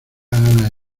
ana